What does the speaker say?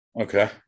Okay